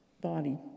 body